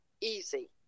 easy